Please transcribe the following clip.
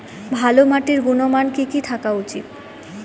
ভালো মাটির গুণমান কি কি থাকা উচিৎ?